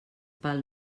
pel